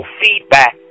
feedback